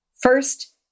First